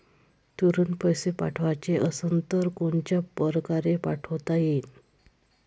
तुरंत पैसे पाठवाचे असन तर कोनच्या परकारे पाठोता येईन?